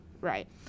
right